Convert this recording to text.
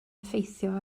effeithio